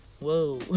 whoa